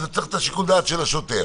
אז צריך את שיקול הדעת של השוטר.